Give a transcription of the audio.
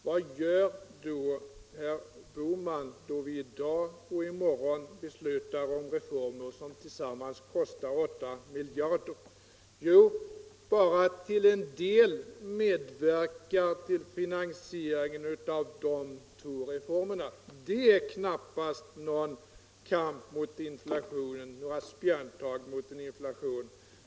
Vad gör då herr Bohman när vi i dag och i morgon beslutar om reformer som tillsammans kostar 8 miljarder? Bara till en del medverkar han till finansieringen av dessa två reformer. Det är knappast någon kamp, några spjärntag mot inflationen.